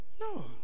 No